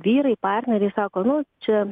vyrai partneriai sako nu čia